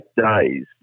days